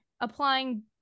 applying